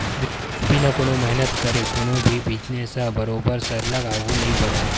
बिना कोनो मेहनत करे कोनो भी बिजनेस ह बरोबर सरलग आघु नइ बड़हय